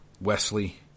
Wesley